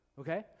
okay